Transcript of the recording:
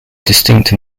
distinct